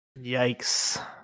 Yikes